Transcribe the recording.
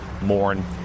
mourn